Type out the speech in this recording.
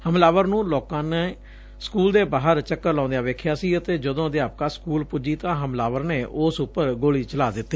ਹਮਲਾਵਰ ਨੂੰ ਲੋਕਾਂ ਨੇ ਸਕੂਲ ਦੇ ਬਾਹਰ ਚੱਕਰ ਲਾਉਂਦਿਆ ਵੇਖਿਆ ਸੀ ਅਤੇ ਜਦੋਂ ਅਧਿਆਪਕਾ ਸਕੂਲ ਪੁੱਜੀ ਤਾਂ ਹਮਲਾਵਰ ਨੇ ਉਸ ਉਪਰ ਗੋਲੀ ਚਲਾ ਦਿੱਤੀ